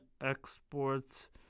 exports